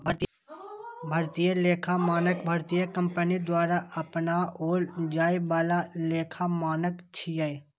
भारतीय लेखा मानक भारतीय कंपनी द्वारा अपनाओल जाए बला लेखा मानक छियै